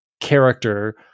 character